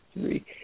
three